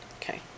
Okay